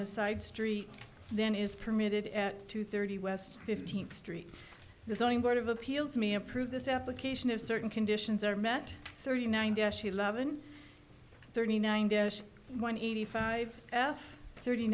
the side street then is permitted at two thirty west fifteenth street the zoning board of appeals me approve this application of certain conditions are met thirty nine dash eleven thirty nine dash one eighty five f thirty